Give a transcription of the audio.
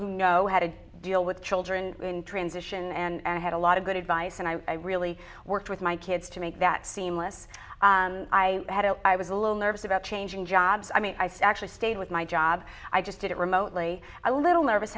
who know how to deal with children in transition and i had a lot of good advice and i really worked with my kids to make that seamless i had a i was a little nervous about changing jobs i mean i actually stayed with my job i just did it remotely a little nervous